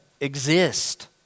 exist